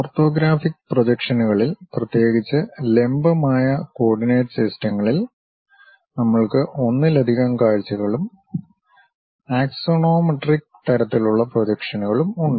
orthographic പ്രൊജക്ഷനുകളിൽ പ്രത്യേകിച്ച് ലംബമായ കോർഡിനേറ്റ് സിസ്റ്റങ്ങളിൽ നമ്മൾക്ക് ഒന്നിലധികം കാഴ്ചകളും ആക്സോണോമെട്രിക് തരത്തിലുള്ള പ്രൊജക്ഷനുകളും ഉണ്ട്